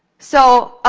so,